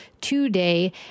today